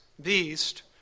beast